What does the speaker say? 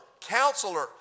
Counselor